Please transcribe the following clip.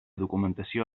documentació